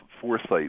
foresight